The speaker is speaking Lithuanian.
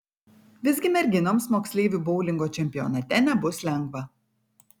visgi merginoms moksleivių boulingo čempionate nebus lengva